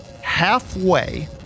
halfway